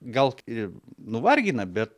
gal ir nuvargina bet